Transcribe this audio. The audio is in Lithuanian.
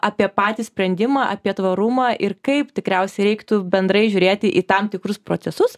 apie patį sprendimą apie tvarumą ir kaip tikriausiai reiktų bendrai žiūrėti į tam tikrus procesus